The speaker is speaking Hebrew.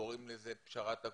קוראים לזה פשרת הכותל,